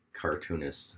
cartoonist